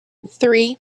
three